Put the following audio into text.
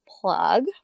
plug